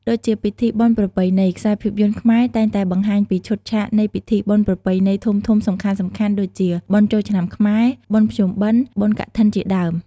ដូចជាពិធីបុណ្យប្រពៃណី ខ្សែភាពយន្តខ្មែរតែងតែបង្ហាញពីឈុតឆាកនៃពិធីបុណ្យប្រពៃណីធំៗសំខាន់ៗដូចជា បុណ្យចូលឆ្នាំខ្មែរ បុណ្យភ្ជុំបិណ្ឌ បុណ្យកឋិន ជាដើម ។